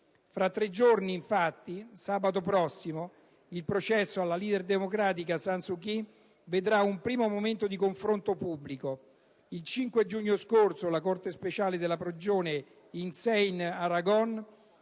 Fra tre giorni, sabato prossimo, il processo alla leader democratica Aung San Suu Kyi vedrà un primo momento di confronto pubblico. Il 5 giugno scorso la corte speciale della prigione Insein